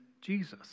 Jesus